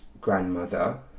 grandmother